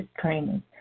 training